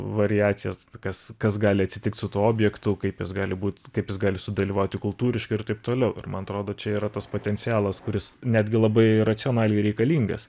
variacijas kas kas gali atsitikt su tuo objektu kaip jis gali būt kaip jis gali sudalyvauti kultūriškai ir taip toliau ir man atrodo čia yra tas potencialas kuris netgi labai racionaliai reikalingas